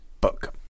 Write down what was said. book